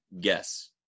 guess